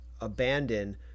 abandon